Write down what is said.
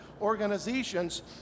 organizations